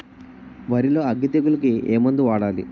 వరిలో అగ్గి తెగులకి ఏ మందు వాడాలి?